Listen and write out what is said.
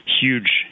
huge